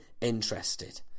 interested